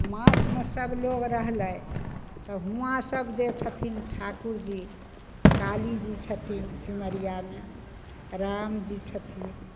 मासमे सबलोग रहलय तऽ हुँवा सब जे छथिन ठाकुर जी कालीजी छथिन सिमरियामे रामजी छथिन